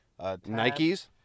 Nikes